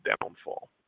downfall